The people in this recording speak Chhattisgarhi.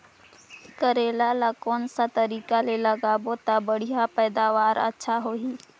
करेला ला कोन सा तरीका ले लगाबो ता बढ़िया पैदावार अच्छा होही?